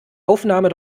aufnahme